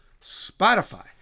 Spotify